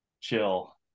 Chill